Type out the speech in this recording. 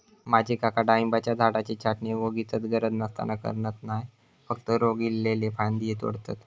माझे काका डाळिंबाच्या झाडाची छाटणी वोगीचच गरज नसताना करणत नाय, फक्त रोग इल्लले फांदये तोडतत